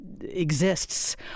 exists